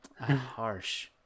Harsh